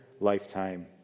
lifetime